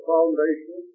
Foundation